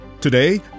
Today